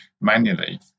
manually